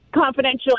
confidential